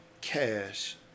Cash